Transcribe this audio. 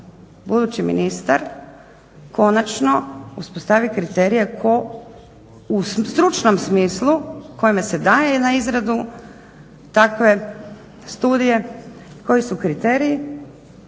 budući ministar konačno uspostavi kriterije tko u stručnom smislu, kojemu se daje na izradu takve studije koji su kriteriji